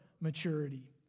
maturity